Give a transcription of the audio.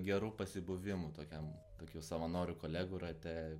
gerų pasibuvimų tokiam tokių savanorių kolegų rate